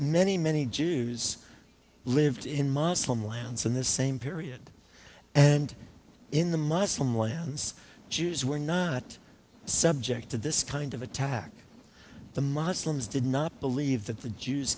many many jews lived in moslem lands in the same period and in the muslim lands jews were not subject to this kind of attack the moslems did not believe that the jews